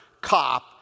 cop